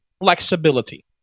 flexibility